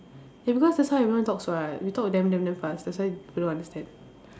ya because that's how everyone talks [what] we talk damn damn fast that's why people don't understand